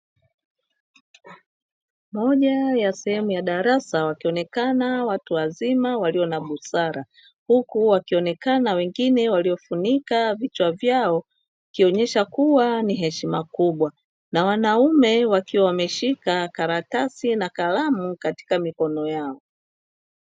Moja ya sehemu ya darasa wakionekana watu wazima walio na busara, huku wakionekana wengine waliofunika vichwa vyao ikionesha kuwa ni heshima kubwa; na wanaume wakiwa wameshika karatasi na kalamu katika mikono yao.